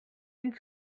une